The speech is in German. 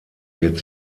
wird